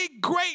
great